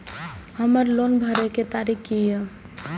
हमर लोन भरय के तारीख की ये?